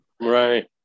Right